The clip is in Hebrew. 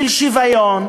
של שוויון,